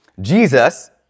Jesus